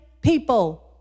people